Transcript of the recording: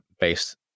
based